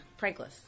Prankless